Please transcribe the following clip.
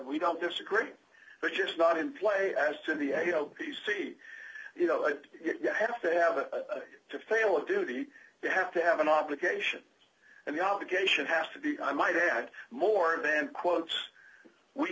we don't disagree but just not in play as to the p c you know you have to have a to fail a duty you have to have an obligation and the obligation has to be i might add more than quotes we